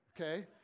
Okay